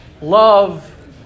love